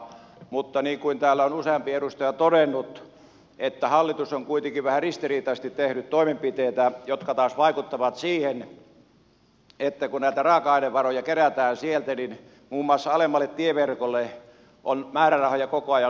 mutta niin kuin täällä on useampi edustaja todennut hallitus on kuitenkin vähän ristiriitaisesti tehnyt toimenpiteitä jotka taas vaikuttavat siihen että kun näitä raaka ainevaroja kerätään sieltä niin muun muassa alemmalle tieverkolle on määrärahoja koko ajan supistettu